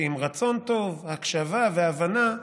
שעם רצון טוב, הקשבה והבנה,